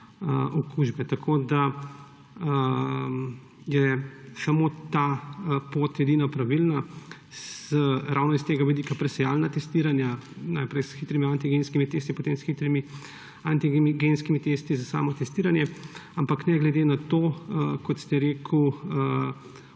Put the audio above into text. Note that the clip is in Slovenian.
okužbe. Samo ta pot je edina pravilna, ravno s tega vidika presejalnega testiranja, najprej s hitrimi antigenskimi testi, potem s hitrimi antigenskimi testi za samotestiranje. Ampak ne glede na to, kot ste rekli,